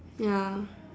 ya